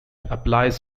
applies